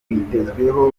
witezweho